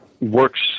works